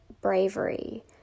bravery